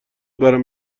برام